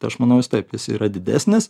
tai aš manau jis taip jis yra didesnis